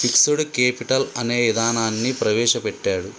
fixed capital అనే ఇదానాన్ని ప్రవేశ పెట్టాడు